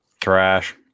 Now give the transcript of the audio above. Trash